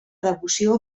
devoció